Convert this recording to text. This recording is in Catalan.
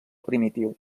primitiu